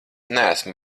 neesmu